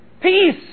Peace